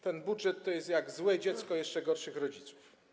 Ten budżet jest jak złe dziecko jeszcze gorszych rodziców.